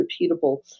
repeatable